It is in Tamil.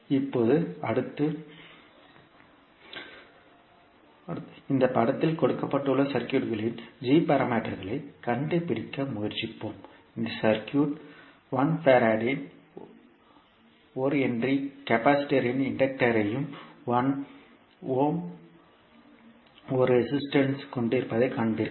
இப்போது அடுத்து இந்த படத்தில் கொடுக்கப்பட்டுள்ள சர்க்யூட்களின் g பாராமீட்டர்களைக் கண்டுபிடிக்க முயற்சிப்போம் இங்கே சர்க்யூட் 1 ஃபாரட்டின் ஒரு ஹென்றி கெபாசிட்டர் இன் இன்டக்டர்யையும் 1 ஓமின் ஒரு ரெசிஸ்டன்ஸ் கொண்டிருப்பதைக் காண்பீர்கள்